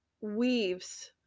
weaves